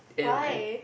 why